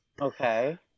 Okay